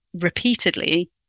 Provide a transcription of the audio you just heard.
repeatedly